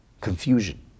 Confusion